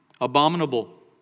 abominable